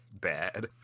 Bad